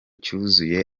cyuzuye